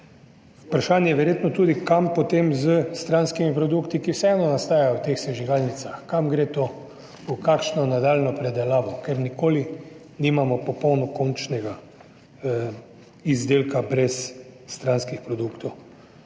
Vprašanje je verjetno tudi, kam potem s stranskimi produkti, ki vseeno nastajajo v teh sežigalnicah, kam gre to, v kakšno nadaljnjo predelavo, ker nikoli nimamo popolnoma končnega izdelka brez stranskih produktov.